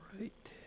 right